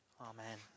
amen